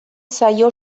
zaio